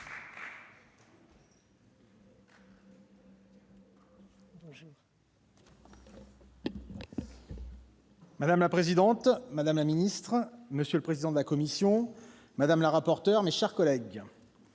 Madame la présidente, madame la secrétaire d'État, monsieur le président de la commission, madame la rapporteur, mes chers collègues,